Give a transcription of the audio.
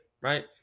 right